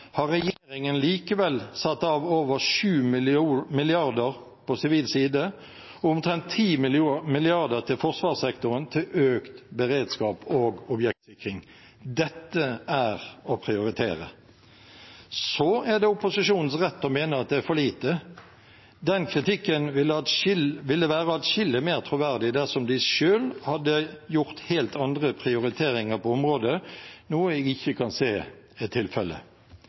har regjeringen likevel satt av over 7 mrd. kr på sivil side og omtrent 10 mrd. kr til forsvarssektoren til økt beredskap og objektsikring. Dette er å prioritere! Så er det opposisjonens rett å mene at det er for lite. Den kritikken ville vært adskillig mer troverdig dersom de selv hadde gjort helt andre prioriteringer på området, noe jeg ikke kan se